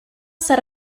set